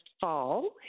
fall